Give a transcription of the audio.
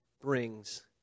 brings